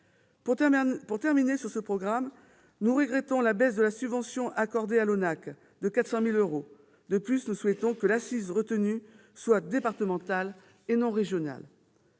Pour terminer sur ce programme, nous regrettons la baisse de la subvention accordée à l'ONAC-VG à hauteur de 400 000 euros. De plus, nous souhaitons que l'assise retenue soit départementale, et non régionale.